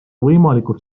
võimalikult